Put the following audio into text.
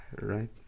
Right